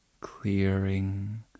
...clearing